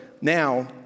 now